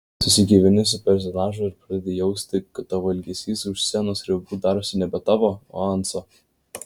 susigyveni su personažu ir pradedi jausti kad tavo elgesys už scenos ribų darosi nebe tavo o anso